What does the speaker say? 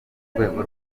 urwego